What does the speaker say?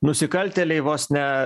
nusikaltėliai vos ne